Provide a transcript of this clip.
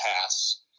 pass